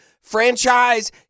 franchise